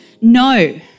No